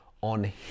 on